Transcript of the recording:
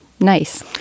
Nice